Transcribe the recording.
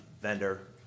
vendor